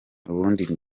ubundi